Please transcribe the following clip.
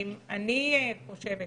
אני חושבת